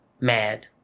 mad